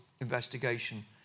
investigation